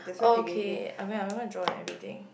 oh okay I mean I'm not gonna draw on everything